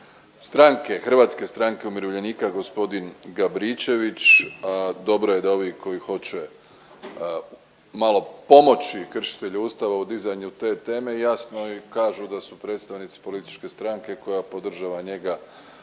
Hrvatske stranke umirovljenika gospodin Gabričević. A dobro je da ovi koji hoće malo pomoći kršitelju Ustava u dizanju te teme jasno i kažu da su predstavnici političke stranke koja podržava njega